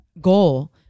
goal